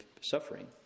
suffering